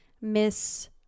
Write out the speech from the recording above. miss